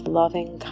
loving